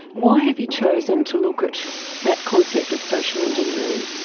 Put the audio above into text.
why have you chosen to look at that concept of social engineering?